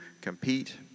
compete